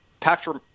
Patrick